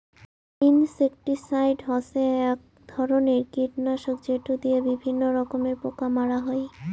insecticide হসে এক ধরণের কীটনাশক যেটো দিয়া বিভিন্ন রকমের পোকা মারা হই